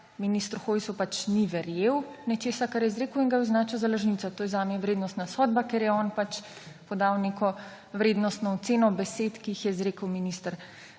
svoji razpravi pač ni verjel nečesa, kar je izrekel, in ga je označil za lažnivca. To je zame vrednostna sodba, ker je on pač podal neko vrednostno oceno besed, ki jih je izrekel minister.